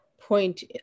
point